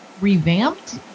revamped